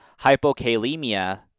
hypokalemia